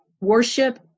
worship